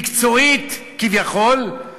מקצועית כביכול,